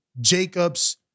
Jacobs